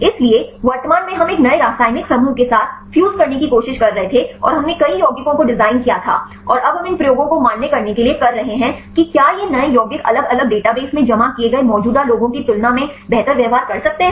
इसलिए वर्तमान में हम एक नए रासायनिक समूहों के साथ फ्यूज करने की कोशिश कर रहे थे और हमने कई यौगिकों को डिजाइन किया था और अब हम इन प्रयोगों को मान्य करने के लिए कर रहे हैं कि क्या ये नए यौगिक अलग अलग डेटाबेस में जमा किए गए मौजूदा लोगों की तुलना में बेहतर व्यवहार कर सकते हैं